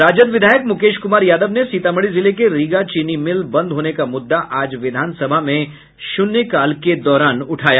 राजद विधायक मुकेश कुमार यादव ने सीतामढ़ी जिले के रीगा चीनी मिल बंद होने का मुद्दा आज विधानसभा में शून्यकाल के दौरान उठाया